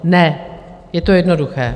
Ne, je to jednoduché.